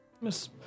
Miss